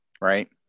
Right